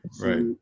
Right